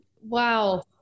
Wow